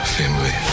Family